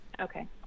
Okay